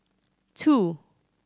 two